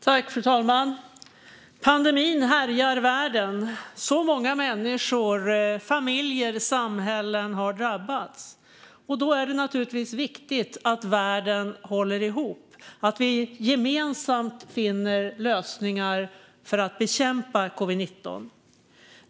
Fru talman! Pandemin härjar världen. Så många människor, familjer och samhällen har drabbats. Då är det naturligtvis viktigt att världen håller ihop, att vi gemensamt finner lösningar för att bekämpa covid-19.